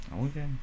Okay